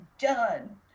done